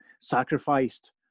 sacrificed